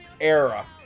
era